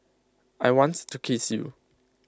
I wants to kiss you